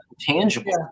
tangible